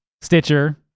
Stitcher